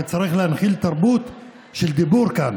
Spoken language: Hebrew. וצריך להנחיל תרבות של דיבור כאן,